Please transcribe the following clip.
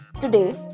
Today